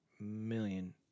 million